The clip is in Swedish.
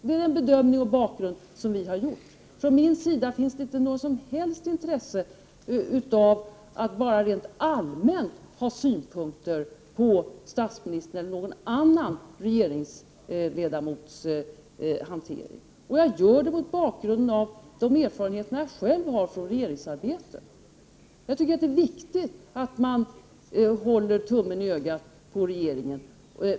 Det är den bedömning av bakgrunden som vi har gjort. Från min sida finns det inte något som helst intresse av att bara helt allmänt ha synpunkter på statsministern eller någon annan regeringsledamots hantering. Jag gör min bedömning mot bakgrund av de erfarenheter jag själv har från regeringsarbete. Jag tycker det är viktigt att hålla tummen i ögat på regeringen.